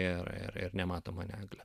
ir ir nematomą negalią